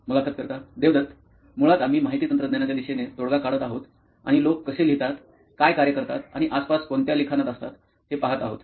मुलाखत कर्ता देवदत मुळात आम्ही माहिती तंत्रज्ञानच्या दिशेने तोडगा काढत आहोत आणि लोक कसे लिहितात काय कार्य करतात आणि आसपास कोणत्या लिखाणात असतात हे पहात आहोत